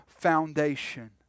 foundation